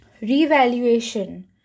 Revaluation